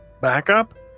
backup